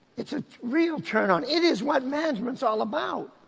it's a real turn on. it is what management's all about.